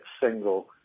single